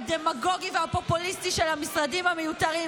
הדמגוגי והפופוליסטי של המשרדים המיותרים.